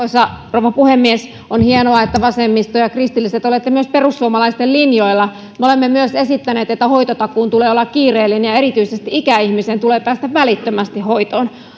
rouva puhemies on hienoa että te vasemmisto ja kristilliset olette myös perussuomalaisten linjoilla me olemme myös esittäneet että hoitotakuun tulee olla kiireellinen ja erityisesti ikäihmisen tulee päästä välittömästi hoitoon